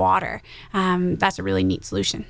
water that's a really neat solution